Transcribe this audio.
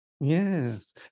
Yes